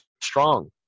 strong